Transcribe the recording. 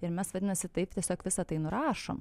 ir mes vadinasi taip tiesiog visa tai nurašom